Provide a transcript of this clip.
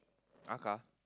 Ahkah